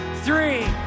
three